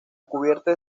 cubierta